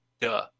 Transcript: duh